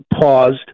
paused